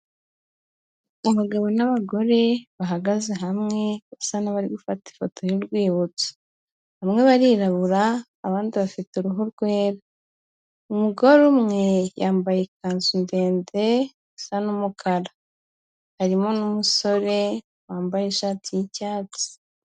Abagabo n'abagore bahagaze hamwe basa n'abari gufata ifoto y'urwibutso. Bamwe barirabura abandi bafite uruhu rwera. Umugore umwe yambaye ikanzu ndende isa n'umukara. Harimo n'umusore wambaye ishati y'icyatsi.